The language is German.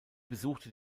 besuchte